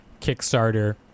Kickstarter